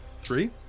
Three